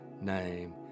name